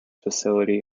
facility